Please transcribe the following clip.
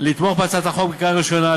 לתמוך בהצעת החוק בקריאה ראשונה,